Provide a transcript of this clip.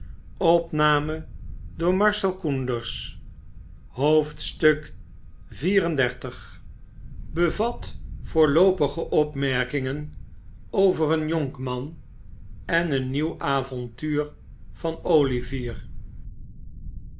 xxxiv bevat voorloopige opmerkingen over een jonkman en een nieuw avontuur van olivier